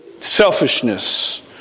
selfishness